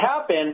happen